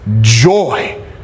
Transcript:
joy